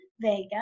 Vega